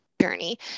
journey